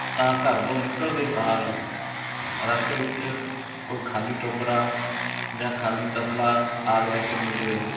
ਤਾਂ ਘਰ ਤੋਂ ਨਿਕਲਦੇ ਸਾਰ ਰਸਤੇ ਵਿੱਚ ਕੋਈ ਖਾਲੀ ਟੋਕਰਾ ਜਾਂ ਖਾਲੀ ਤਸਲਾ ਆਦਿ ਲੈ ਕੇ ਮਿਲ ਜਾਵੇ